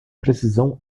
precisão